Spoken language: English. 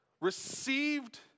received